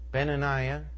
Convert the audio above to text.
Benaniah